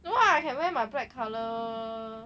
no lah I can wear my black colour